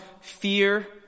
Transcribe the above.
fear